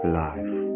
life